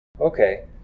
Okay